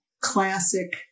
classic